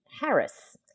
Harris